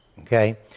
okay